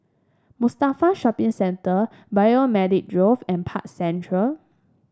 Mustafa Shopping Center Biomedical Grove and Park Central